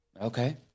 Okay